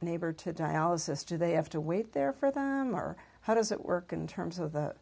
neighbor to dialysis do they have to wait there for them or how does it work in terms of